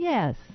Yes